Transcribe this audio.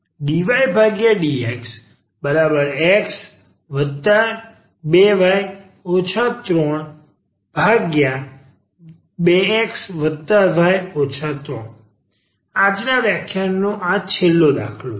dydxx2y 32xy 3 આજના વ્યાખ્યાન નો છેલ્લો દાખલો છે